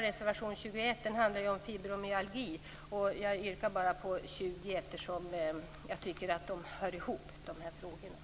Reservation 21 handlar om fibromyalgi, men jag yrkar bifall endast till reservation 20 eftersom jag tycker att frågorna hör ihop.